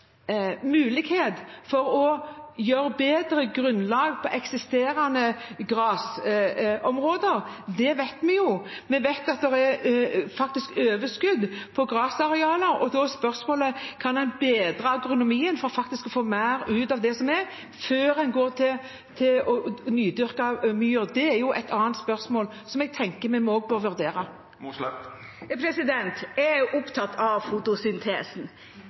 å gjøre grunnlaget på eksisterende gressområder bedre. Det vet vi. Vi vet at det faktisk er overskudd på gressarealer. Da er spørsmålet om en kan bedre økonomien ved å få mer ut av det som er, før en går til nydyrket myr. Det er et annet spørsmål jeg tenker vi må vurdere. Jeg er opptatt av fotosyntesen.